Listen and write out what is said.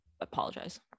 apologize